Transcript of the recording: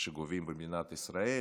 שגובים במדינת ישראל,